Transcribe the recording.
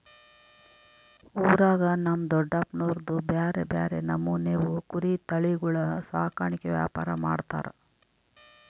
ಊರಾಗ ನಮ್ ದೊಡಪ್ನೋರ್ದು ಬ್ಯಾರೆ ಬ್ಯಾರೆ ನಮೂನೆವು ಕುರಿ ತಳಿಗುಳ ಸಾಕಾಣಿಕೆ ವ್ಯಾಪಾರ ಮಾಡ್ತಾರ